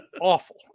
awful